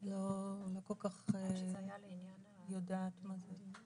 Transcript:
לא כל כך יודעת מה זה.